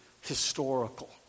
historical